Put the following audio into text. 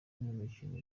imikino